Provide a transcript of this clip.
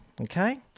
Okay